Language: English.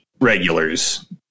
regulars